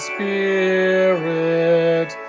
Spirit